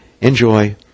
Enjoy